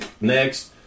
next